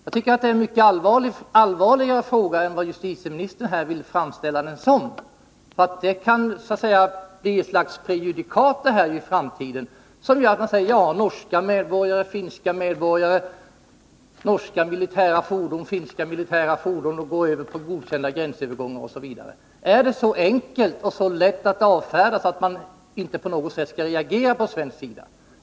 Jag tycker att frågan är mycket allvarligare än justitieministern här vill framställa den som. Detta kan bli ett slags prejudikat i framtiden — norska medborgare, finska medborgare, norska militära fordon och finska militära fordon går över vid godkända gränsövergångar, osv. Är det så enkelt och så lätt att avfärda att man inte på något sätt skall reagera på svensk sida?